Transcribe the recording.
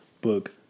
book